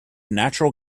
natural